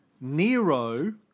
Nero